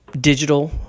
digital